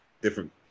different